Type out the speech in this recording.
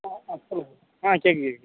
சொல்லுங்கள் ஆ கேட்குது கேட்குதுங்க